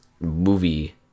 movie